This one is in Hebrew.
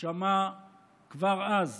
שמע כבר אז